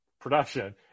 production